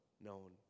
known